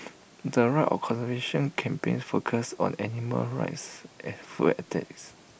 the of conservation campaigns focus on animal rights and food ethics